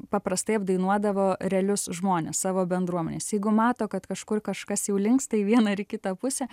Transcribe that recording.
paprastai apdainuodavo realius žmones savo bendruomenės jeigu mato kad kažkur kažkas jau linksta į vieną ar į kitą pusę